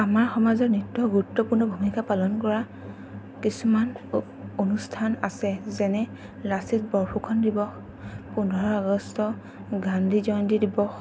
আমাৰ সমাজত নিত্য় গুৰুত্বপূৰ্ণ ভূমিকা পালন কৰা কিছুমান অ অনুষ্ঠান আছে যেনে লাচিত বৰফুকন দিৱস পোন্ধৰ আগষ্ট গান্ধী জয়ন্তী দিৱস